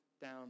down